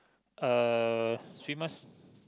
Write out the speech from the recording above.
uh swimmers